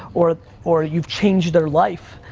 or or you've changed their life.